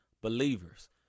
believers